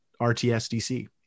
RTSDC